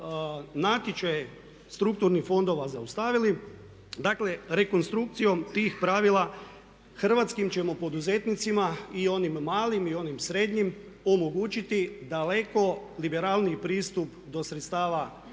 natječaje strukturnih fondova zaustavili. Dakle, rekonstrukcijom tih pravila hrvatskim ćemo poduzetnicima i onim malim i onim srednjim omogućiti daleko liberalniji pristup do sredstava